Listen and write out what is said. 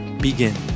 begin